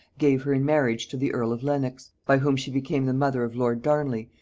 gave her in marriage to the earl of lenox by whom she became the mother of lord darnley,